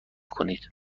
کنید